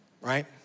Right